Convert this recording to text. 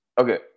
Okay